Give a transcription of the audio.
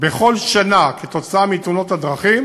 בכל שנה מתאונות דרכים